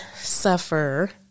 suffer